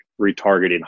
retargeting